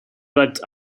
but